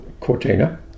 Cortina